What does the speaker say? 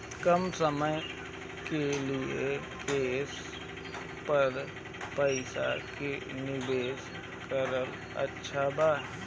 कम समय के लिए केस पर पईसा निवेश करल अच्छा बा?